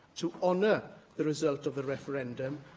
to honour the result of the referendum,